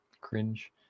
Cringe